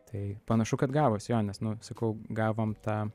tai panašu kad gavos jo nes nu sakau gavom tą